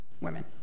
women